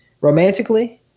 romantically